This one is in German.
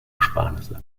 ersparnisse